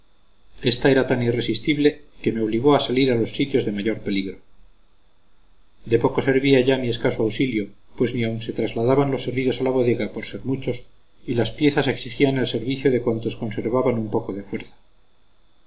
esta era tan irresistible que me obligó a salir a los sitios de mayor peligro de poco servía ya mi escaso auxilio pues ni aun se trasladaban los heridos a la bodega por ser muchos y las piezas exigían el servicio de cuantos conservaban un poco de fuerza